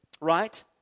right